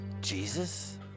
Jesus